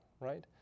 right